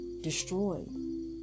destroyed